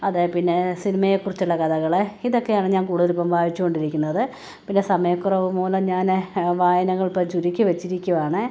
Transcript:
അതേപ്പിന്നെ സിനിമയെക്കുറിച്ചുള്ള കഥകള് ഇതൊക്കെയാണ് ഞാന് കൂടുതലും ഇപ്പോള് വായിച്ചുകൊണ്ടിരിക്കുന്നത് പിന്നെ സമയക്കുറവ് മൂലം ഞാന് വായനകളിപ്പോള് ചുരുക്കി വച്ചിരിക്കുകയാണ്